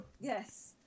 yes